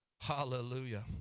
Hallelujah